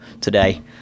today